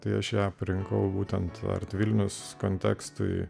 tai aš ją parinkau būtent art vilnius kontekstui